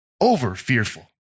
over-fearful